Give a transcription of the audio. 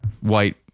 white